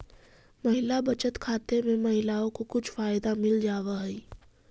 महिला बचत खाते में महिलाओं को कुछ फायदे मिल जावा हई